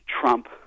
Trump